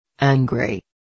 angry